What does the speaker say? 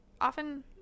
often